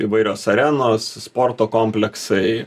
įvairios arenos sporto kompleksai